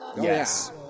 Yes